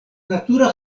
natura